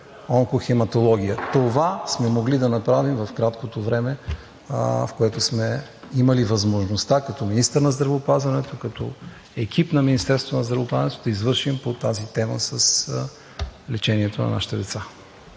онкохематология. Това сме могли да направим в краткото време, в което сме имали възможността като министър на здравеопазването и като екип на Министерството на здравеопазването да извършим по темата с лечението на нашите деца.